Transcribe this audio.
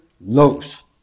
loose